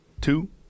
two